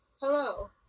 hello